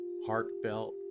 heartfelt